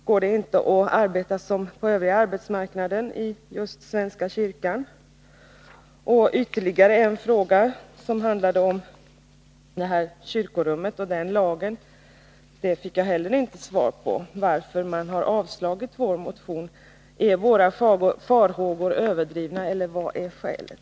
Går det inte att arbeta inom svenska kyrkan på samma sätt som man gör på den övriga arbetsmarknaden? Jag ställde ytterligare en fråga, och den handlade om kyrkorummet och lagstiftningen i det avseendet. Inte heller på den frågan fick jag något svar. Varför har man avstyrkt vår motion? Är våra farhågor överdrivna, eller vilket är skälet?